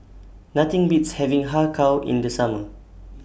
Nothing Beats having Har Kow in The Summer